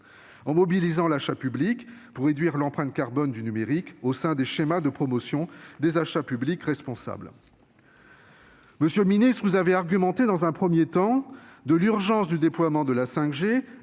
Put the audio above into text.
en mobilisant l'achat public pour réduire l'empreinte carbone du numérique au sein des schémas de promotion des achats publics responsables. Monsieur le secrétaire d'État, vous avez invoqué dans un premier temps l'urgence du déploiement de la 5G